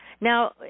Now